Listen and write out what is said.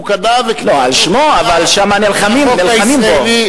הוא קנה, על שמו, אבל שם נלחמים, נלחמים בו.